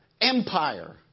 empire